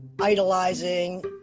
idolizing